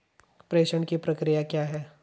प्रेषण की प्रक्रिया क्या है?